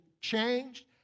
changed